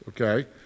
Okay